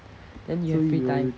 then you have free time